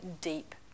deep